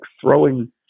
throwing